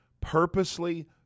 purposely